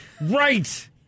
Right